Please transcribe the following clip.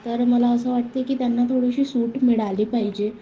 तर मला असं वाटते की त्यांना थोडीशी सूट मिळाली पाहिजे